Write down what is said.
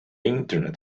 internet